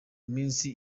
minsi